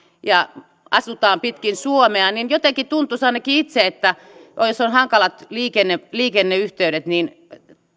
ja asutaan pitkin suomea niin jotenkin tuntuisi ainakin itsestäni että jos on hankalat liikenneyhteydet liikenneyhteydet niin